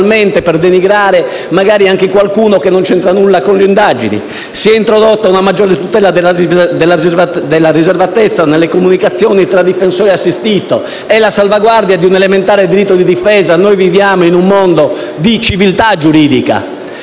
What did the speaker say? per denigrare magari anche qualcuno che non c'entra nulla con le indagini. Si è introdotta una maggiore tutela della riservatezza nelle comunicazioni tra difensore e assistito. Si tratta della salvaguardia di un elementare diritto di difesa: viviamo in un mondo di civiltà giuridica